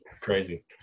crazy